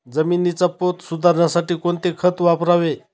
जमिनीचा पोत सुधारण्यासाठी कोणते खत वापरावे?